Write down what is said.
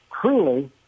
truly